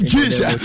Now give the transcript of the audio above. Jesus